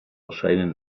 erscheinen